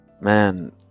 man